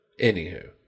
anywho